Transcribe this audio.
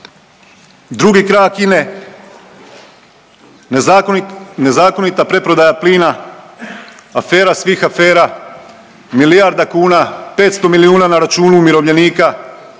Drugi krak INA-e, nezakonita preprodaja plina, afera svih afera, milijarda kuna, 500 milijuna na računu umirovljenika,